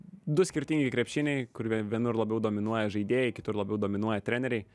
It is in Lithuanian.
du skirtingi krepšiniai kur ve vienur labiau dominuoja žaidėjai kitur labiau dominuoja treneriai